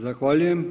Zahvaljujem.